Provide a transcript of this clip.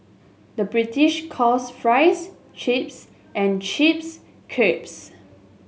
the British calls fries chips and chips crisps